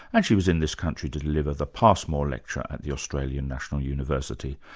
and she was in this country to deliver the passmore lecture at the australian national university.